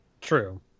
true